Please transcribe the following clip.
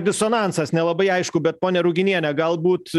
disonansas nelabai aišku bet ponia ruginiene galbūt